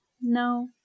no